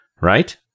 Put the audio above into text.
right